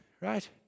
Right